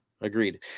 Agreed